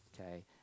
okay